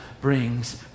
brings